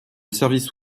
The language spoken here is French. service